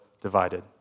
divided